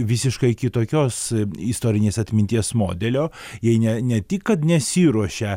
visiškai kitokios istorinės atminties modelio jei ne ne tik kad nesiruošė